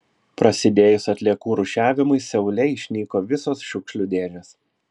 prasidėjus atliekų rūšiavimui seule išnyko visos šiukšlių dėžės